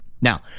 Now